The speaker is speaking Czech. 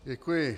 Děkuji.